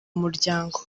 muryango